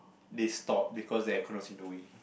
they stop because the air con was in the way